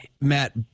Matt